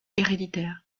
héréditaire